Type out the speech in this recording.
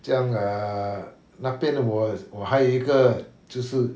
这样 err 那边我我还有一个就是